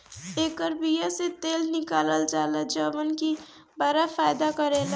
एकर बिया से तेल निकालल जाला जवन की बड़ा फायदा करेला